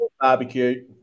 barbecue